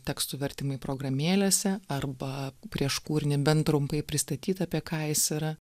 tekstų vertimai programėlėse arba prieš kūrinį bent trumpai pristatyta apie ką jis yra